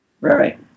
Right